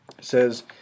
says